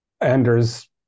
Anders